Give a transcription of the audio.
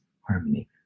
harmony